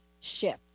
shift